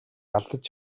алдаж